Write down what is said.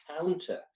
counter